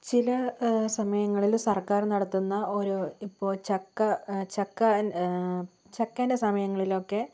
ചില സമയങ്ങളിൽ സർക്കാർ നടത്തുന്ന ഓരോ ഇപ്പോൾ ചക്ക ചക്ക ചക്കേന്റെ സമയങ്ങളിലൊക്കെ